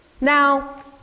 Now